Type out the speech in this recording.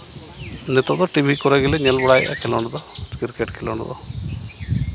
ᱱᱤᱛᱚᱜ ᱫᱚ ᱴᱤᱵᱷᱤ ᱠᱚᱨᱮ ᱜᱮᱞᱮ ᱧᱮᱞ ᱵᱟᱲᱟᱭᱮᱫᱼᱟ ᱠᱷᱮᱞᱚᱸᱰ ᱫᱚ ᱠᱨᱤᱠᱮᱹᱴ ᱠᱷᱮᱞᱚᱸᱰ ᱫᱚ